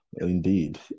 Indeed